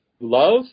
love